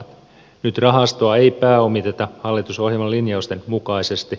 nyt rahastoa ei pääomiteta hallitusohjelman linjausten mukaisesti